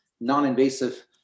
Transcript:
non-invasive